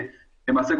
ולמעשה,